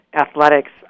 athletics